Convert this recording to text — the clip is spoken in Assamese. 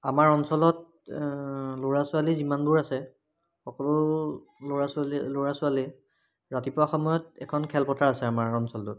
আমাৰ অঞ্চলত ল'ৰা ছোৱালী যিমানবোৰ আছে সকলো ল'ৰা ছোৱালী ল'ৰা ছোৱালীয়ে ৰাতিপুৱা সময়ত এখন খেলপথাৰ আছে আমাৰ অঞ্চলটোত